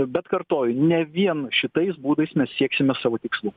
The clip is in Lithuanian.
bet kartoju ne vien šitais būdais mes sieksime savo tikslų